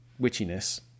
witchiness